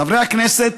חברי הכנסת,